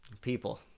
People